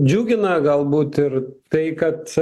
džiugina galbūt ir tai kad